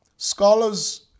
Scholars